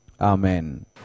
Amen